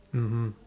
mmhmm